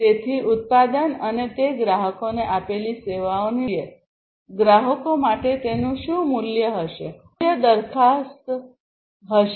તેથી ઉત્પાદન અને તે ગ્રાહકોને આપેલી સેવાઓની દ્રષ્ટિએ ગ્રાહકો માટે તેનું શું મૂલ્ય હશેમૂલ્ય દરખાસ્ત હશે